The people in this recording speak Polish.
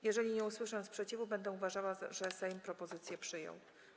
Jeżeli nie usłyszę sprzeciwu, będę uważała, że Sejm propozycję przyjął.